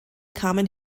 kamen